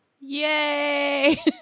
Yay